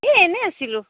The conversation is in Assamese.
এই এনেই আছিলোঁ